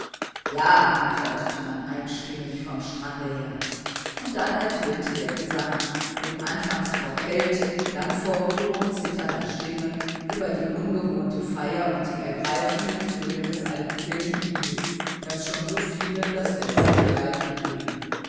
ja antwortete man einstimmig vom strande her und dann ertönte der gesang mit anfangs vor kälte dann vor rührung zitternder stimme über die ungewohnte feier und die ergreifenden töne des alten kirchenliedes das schon so vielen das letzte geleit gegeben